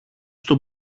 στο